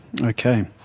Okay